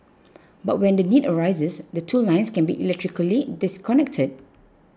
but when the need arises the two lines can be electrically disconnected